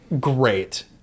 Great